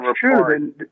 true